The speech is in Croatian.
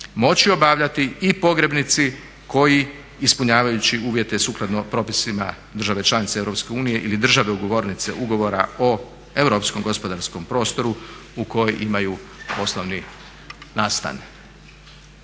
moći obavljati i pogrebnici koji ispunjavajući uvjete sukladno propisima države članice EU ili države ugovornice ugovora o europskom gospodarskom prostoru u kojoj imaju poslovni nastan.